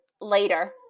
later